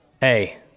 Hey